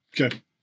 Okay